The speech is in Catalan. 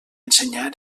ensenyar